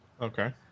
okay